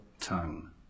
tongue